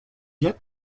yet